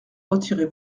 retirez